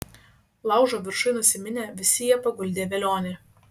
laužo viršuj nusiminę visi jie paguldė velionį